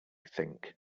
think